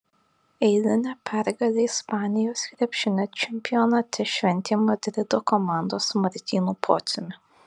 eilinę pergalę ispanijos krepšinio čempionate šventė madrido komanda su martynu pociumi